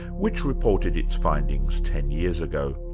which reported its findings ten years ago.